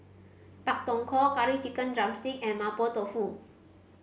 Pak Thong Ko Curry Chicken drumstick and Mapo Tofu